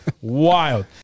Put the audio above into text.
Wild